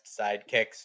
sidekicks